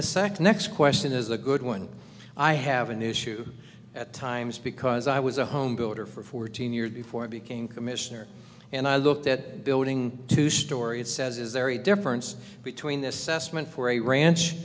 this sect next question is a good one i have an issue at times because i was a home builder for fourteen years before i became commissioner and i looked at building two storey it says is there a difference between assessment for a ranch